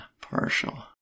partial